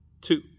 two